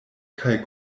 kaj